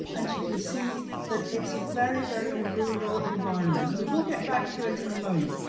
and you can see that it's a very, very rural environment. and we will get back to it in a moment.